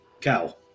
Cow